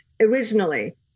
originally